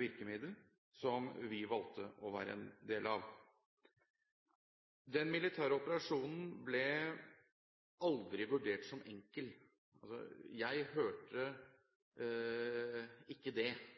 virkemiddel, som vi valgte å være en del av. Den militære operasjonen ble aldri vurdert som enkel. Det hørte jeg ikke i debatten. Da vi gikk inn i Afghanistan, tror jeg ikke